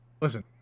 Listen